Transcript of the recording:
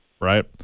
Right